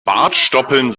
bartstoppeln